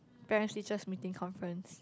parents teachers meeting conference